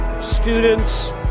students